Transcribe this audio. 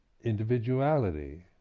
individuality